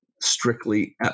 strictly